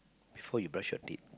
before you brush your teeth